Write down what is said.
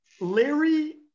Larry